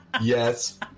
Yes